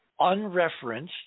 unreferenced